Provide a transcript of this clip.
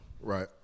Right